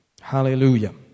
Hallelujah